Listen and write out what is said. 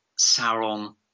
Sauron